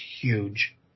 huge